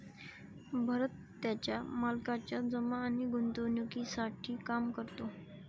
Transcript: भरत त्याच्या मालकाच्या जमा आणि गुंतवणूकीसाठी काम करतो